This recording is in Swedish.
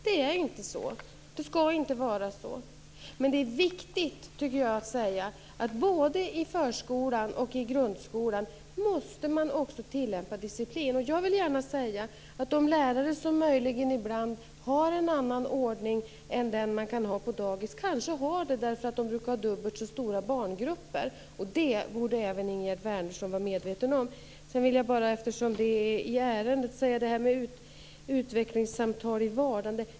Det är inte så, och det skall inte vara så. Men jag tycker att det är viktigt att säga att man både i förskolan och i grundskolan också måste tillämpa disciplin. Jag vill gärna säga att de lärare som ibland möjligen har en annan ordning än den man kan ha på dagis kanske har det därför att de brukar ha dubbelt så stora barngrupper. Det borde även Ingegerd Wärnersson vara medveten om. Jag vill något kommentera det som har sagts om utvecklingssamtal i vardande.